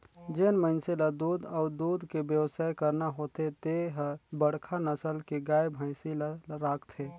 जेन मइनसे ल दूद अउ दूद के बेवसाय करना होथे ते हर बड़खा नसल के गाय, भइसी ल राखथे